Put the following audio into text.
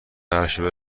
عرشه